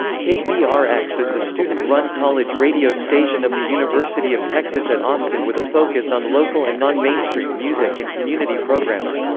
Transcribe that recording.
kvrx is the student-run college radio station of the university of texas at austin with a focus on local and non-mainstream non-mainstream music and community programming.